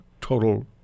total